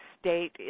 state